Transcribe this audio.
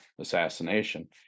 assassination